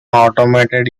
automated